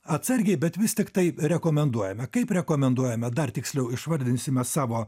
atsargiai bet vis tiktai rekomenduojame kaip rekomenduojame dar tiksliau išvardinsime savo